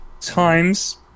times